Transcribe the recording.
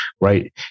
right